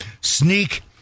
sneak